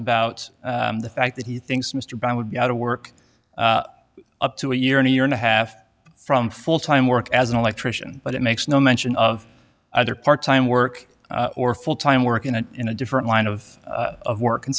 about the fact that he thinks mr brown would be out of work up to a year and a year and a half from full time work as an electrician but it makes no mention of either part time work or full time work in an in a different line of work and